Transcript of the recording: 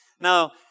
Now